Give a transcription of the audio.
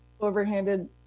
overhanded